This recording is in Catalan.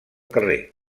carrer